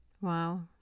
wow